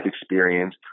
experience